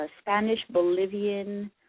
Spanish-Bolivian